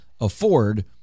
afford